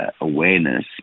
awareness